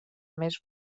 més